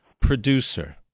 producer